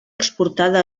exportada